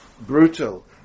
brutal